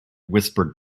whispered